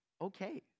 okay